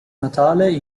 natale